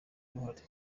uruhare